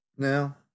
Now